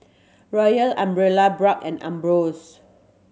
Royal Umbrella Bragg and Ambros